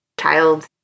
child